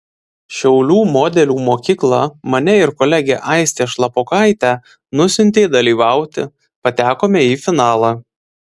šiaulių modelių mokykla mane ir kolegę aistę šlapokaitę nusiuntė dalyvauti patekome į finalą